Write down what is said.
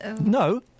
No